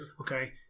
okay